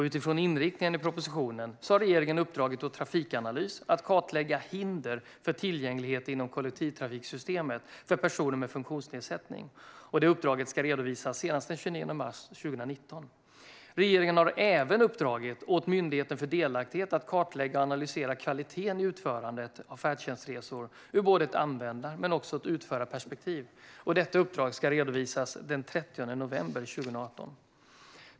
Utifrån inriktningen i propositionen har regeringen uppdragit åt Trafikanalys att kartlägga hinder för tillgänglighet inom kollektivtrafiksystemet för personer med funktionsnedsättning. Uppdraget ska redovisas senast den 29 mars 2019. Regeringen har även uppdragit åt Myndigheten för delaktighet att kartlägga och analysera kvaliteten i utförandet av färdtjänstresor ur både ett användar och utförarperspektiv. Detta uppdrag ska redovisas senast den 30 november 2018.